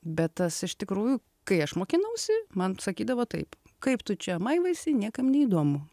bet tas iš tikrųjų kai aš mokinausi man sakydavo taip kaip tu čia maivaisi niekam neįdomu